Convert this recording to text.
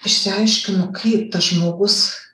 išsiaiškinu kaip tas žmogus